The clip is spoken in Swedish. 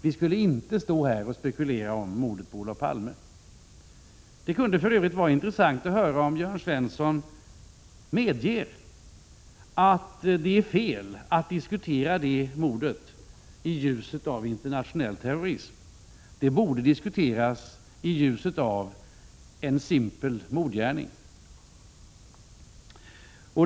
Vi skulle inte stå här och spekulera om mordet på Olof Palme. Det kunde för övrigt vara intressant att höra om Jörn Svensson medger att det är fel att diskutera det mordet i ljuset av internationell terrorism. Det borde diskuteras i ljuset av en simpel mordgärning.